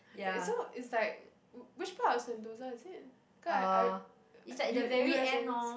wait so it's like which part of Sentosa is it cause I I U u_s_s